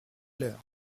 l’heure